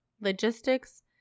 Logistics